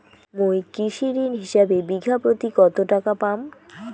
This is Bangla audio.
মুই কৃষি ঋণ হিসাবে বিঘা প্রতি কতো টাকা পাম?